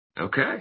Okay